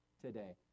today